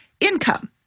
income